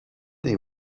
they